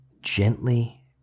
gently